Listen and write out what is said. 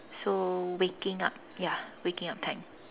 so waking up ya waking up time